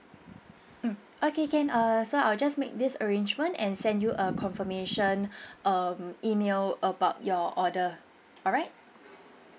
mm okay can uh so I'll just make this arrangement and send you a confirmation um email about your order alright